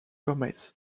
gomez